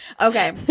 okay